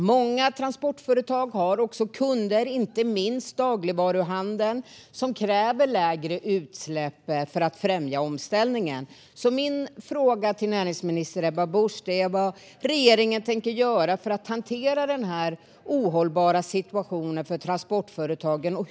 Många transportföretag har också kunder, inte minst dagligvaruhandeln, som kräver lägre utsläpp för att främja omställningen. Min fråga till näringsminister Ebba Busch är vad regeringen tänker göra för att hantera den ohållbara situationen för transportföretagen.